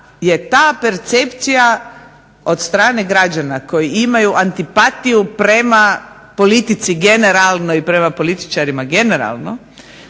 je ta percepcija od strane građana koji imaju antipatiju prema politici generalno i prema političarima generalno